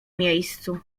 miejscu